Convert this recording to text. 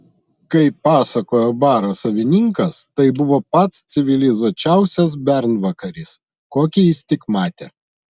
kaip pasakojo baro savininkas tai buvo pats civilizuočiausias bernvakaris kokį jis tik matė